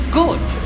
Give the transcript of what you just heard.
good